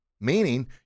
meaning